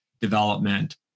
development